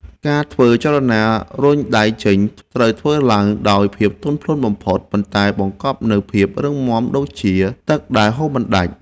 ការធ្វើចលនា រុញដៃចេញ ត្រូវធ្វើឡើងដោយភាពទន់ភ្លន់បំផុត ប៉ុន្តែបង្កប់នូវភាពរឹងមាំដូចជាទឹកដែលហូរមិនដាច់។